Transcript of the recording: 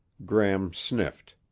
gram sniffed,